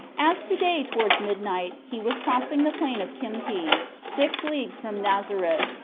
as to-day towards midnight he was crossing the plain of kimki, six leagues from nazareth,